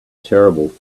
terrible